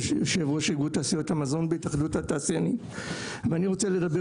יושב ראש ארגון תעשיות המזון בהתאחדות התעשיינים ,ואני רוצה לדבר